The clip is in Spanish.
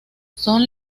son